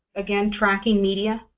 again, tracking media,